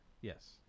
Yes